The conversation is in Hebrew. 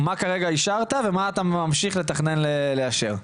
מה כרגע אישרת ומה אתה ממשיך לתכנן לאשר?